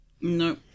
No